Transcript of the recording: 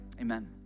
Amen